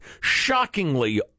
shockingly